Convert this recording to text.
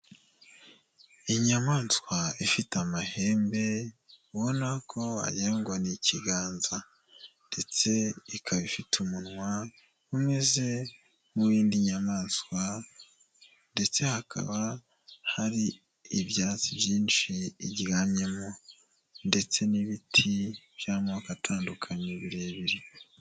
Inyamaswa ifite amahembe ubona ko wagira ngo n'ikiganza, ndetse ikaba ifite umunwa umeze nk'indi nyamaswa, ndetse hakaba hari n'ibyatsi byinshi iryamyemo, ndetse n'ibiti by'amoko atandukanye birebire.